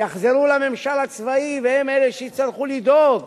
יחזרו לממשל הצבאי והם אלה שיצטרכו לדאוג